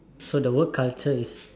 so the word culture is